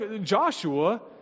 Joshua